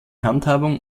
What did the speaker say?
handhabung